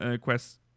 quest